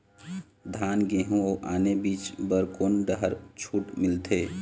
धान गेहूं अऊ आने बीज बर कोन डहर छूट मिलथे?